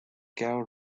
gao